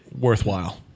worthwhile